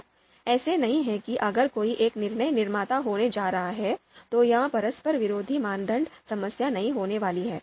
तो ऐसा नहीं है कि अगर कोई एक निर्णय निर्माता होने जा रहा है तो यह परस्पर विरोधी मानदंड समस्या नहीं होने वाली है